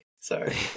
Sorry